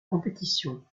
compétition